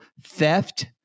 theft